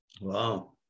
Wow